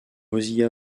mozilla